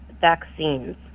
vaccines